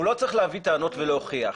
הוא לא צריך להביא טענות ולהוכיח,